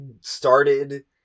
started